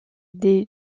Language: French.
des